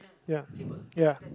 ya ya